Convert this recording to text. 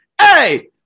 Hey